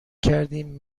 کردیم